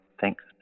thanks